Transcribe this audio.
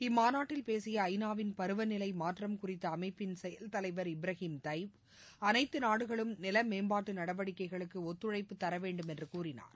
இம்மாநாட்டில் பேசிய ஐநாவின் பருவநிலை மாற்றம் குறித்த அமைப்பின் செயல் தலைவர் இப்ராகிம் தைவ்அனைத்து நாடுகளும் நில மேம்பாட்டு நடவடிக்கைகளுக்கு ஒத்துழைப்பு தரவேண்டும் என்று கூறினார்